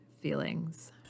feelings